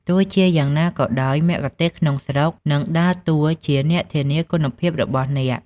ទោះជាយ៉ាងណាក៏ដោយ មគ្គុទ្ទេសក៍ក្នុងស្រុកនឹងដើរតួជាអ្នកធានាគុណភាពរបស់អ្នក។